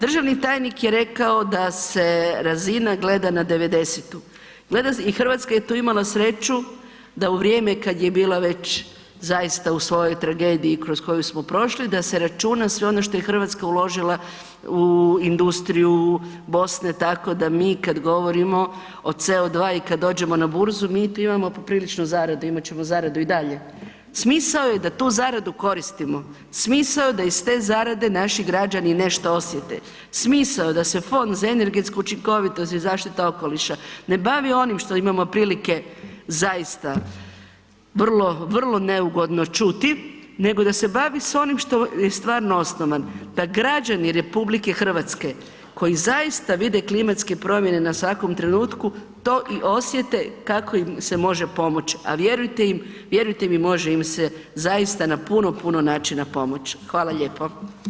Državni tajnik je rekao da se razina gleda na 90-tu i Hrvatska je tu imala sreću da u vrijeme kad je bila već zaista u svojoj tragediji kroz koju smo prošli, da se računa sve ono što je Hrvatska uložila u industriju Bosne, tako da mi kad govorimo o CO2 i kad dođemo na burzu, mi tu imamo poprilično zarade, imat ćemo zaradu dalje, smisao je da tu zaradu koristimo, smisao je da iz te zarade naši građani nešto osjete, smisao je da se Fond za energetsku učinkovitost i zaštitu okoliša ne bavi onim što imamo prilike zaista vrlo, vrlo neugodno čuti nego se bavi s onim što je stvarno osnovan, da građani RH koji zaista vide klimatske promjene na svakom trenutku, to i osjete kako im se može pomoć a vjerujte mi, može im se zaista na puno, puno načina pomoć, hvala lijepo.